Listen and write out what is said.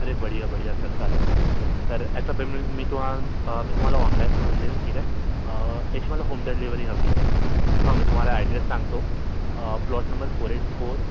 अरे बढिया बढिया सर चालेल तर याचा पेमेंट मी तुम्हाम मी तुम्हाला ऑनलाईन करून देईल ठीक आहे याची मला होम डिलेव्हरी हवी आहे हो मी तुम्हाला ॲड्रेस सांगतो plot number four eight four